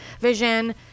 vision